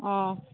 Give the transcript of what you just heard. অঁ